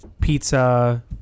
pizza